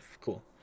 cool